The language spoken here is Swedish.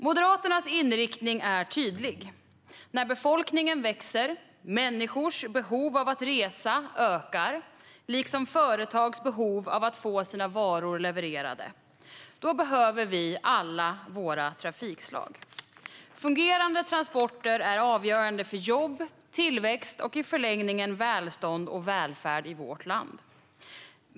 Moderaternas inriktning är tydlig: När befolkningen växer och människors behov av att resa ökar liksom företags behov av att få sina varor levererade behöver vi alla våra trafikslag. Fungerande transporter är avgörande för jobb, tillväxt och i förlängningen välstånd och välfärd i vårt land.